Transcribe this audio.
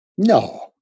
No